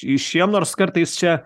išėjom nors kartais čia